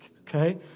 Okay